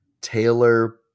Taylor